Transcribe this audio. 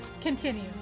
continue